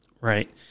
right